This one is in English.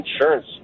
Insurance